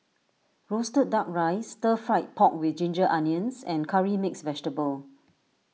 Roasted Duck Rice Stir Fried Pork with Ginger Onions and Curry Mixed Vegetable